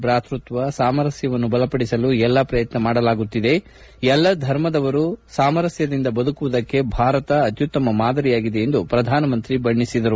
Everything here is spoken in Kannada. ಭಾಕೃತ್ತ ಸಾಮರಸ್ಥವನ್ನು ಬಲಪಡಿಸಲು ಎಲ್ಲಾ ಪ್ರಯತ್ನ ಮಾಡಲಾಗುತ್ತಿದೆ ಎಲ್ಲಾ ಧರ್ಮದವರು ಸಾಮರಸ್ಥದಿಂದ ಬದುಕುವುದಕ್ಕೆ ಭಾರತ ಅತ್ಯುತ್ತಮ ಮಾದರಿಯಾಗಿದೆ ಎಂದು ಪ್ರಧಾನಮಂತ್ರಿ ಹೇಳಿದರು